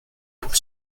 pour